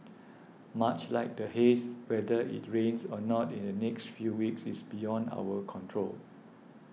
much like the haze whether it rains or not in the next few weeks is beyond our control